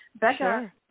Becca